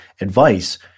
advice